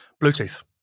Bluetooth